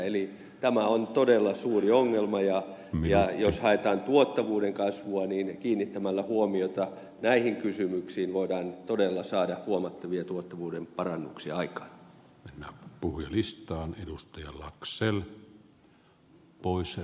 eli tämä on todella suuri ongelma ja jos haetaan tuottavuuden kasvua niin kiinnittämällä huomiota näihin kysymyksiin voidaan todella saada huomattavia tuottavuuden parannuksia aikaan